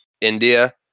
India